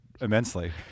immensely